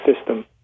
system